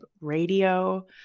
Radio